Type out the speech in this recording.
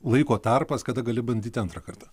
laiko tarpas kada gali bandyti antrą kartą